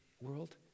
world